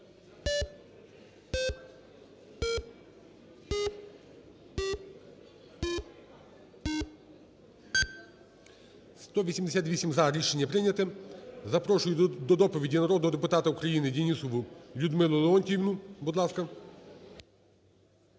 За-188 Рішення не прийнято. Запрошую до доповіді народного депутата України Денісову Людмилу Леонтіївну, будь ласка.